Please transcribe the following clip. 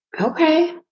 Okay